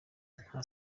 nta